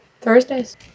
Thursdays